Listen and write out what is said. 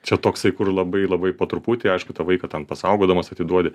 čia toksai kur labai labai po truputį aišku tą vaiką ten pasaugodamas atiduodi